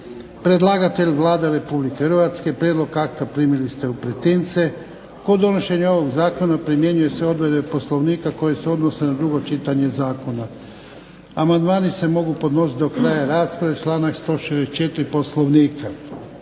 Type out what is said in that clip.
Predlagatelj Vlada Republike Hrvatske, prijedlog akta primili ste u pretince. Kod donošenja ovog zakona primjenjuju se odredbe Poslovnika koje se odnose na drugo čitanje zakona. Amandmani se mogu podnositi do kraja rasprave, članak 164. Poslovnika.